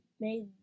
made